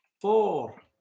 four